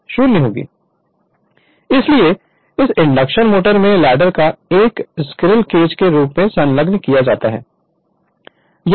Refer Slide Time 0334 इसलिए एक induction motor में लैडर को एक स्क्विरल केज के रूप में संलग्न किया जाता है